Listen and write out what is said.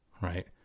right